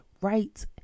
right